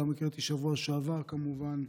גם הקראתי בשבוע שעבר כמובן,